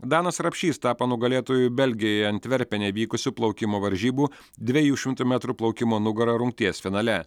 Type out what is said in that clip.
danas rapšys tapo nugalėtoju belgijoje antverpene vykusių plaukimo varžybų dviejų šimtų metrų plaukimo nugara rungties finale